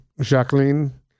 Jacqueline